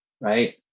right